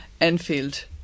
Enfield